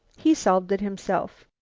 he solved it himself.